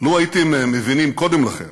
לו הייתם מבינים קודם לכן